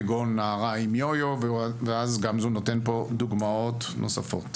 כגון נערה עם יו-יו" - ואז גמזו נותן פה דוגמאות נוספות